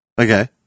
Okay